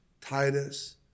Titus